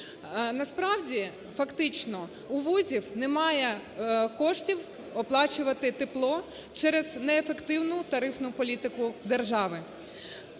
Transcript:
Насправді, фактично, у вузів немає коштів оплачувати тепло через неефективну тарифну політику держави.